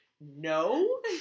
No